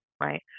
Right